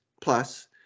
Plus